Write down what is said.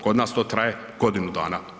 Kod nas to traje godinu dana.